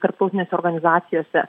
tarptautinėse organizacijose